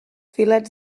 filets